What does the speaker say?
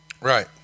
Right